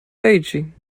beijing